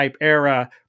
era